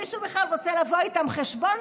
מישהו בכלל רוצה לבוא איתם חשבון?